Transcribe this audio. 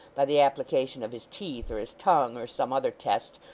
by the application of his teeth or his tongue, or some other test,